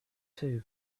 too